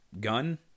gun